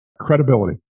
credibility